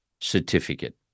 certificate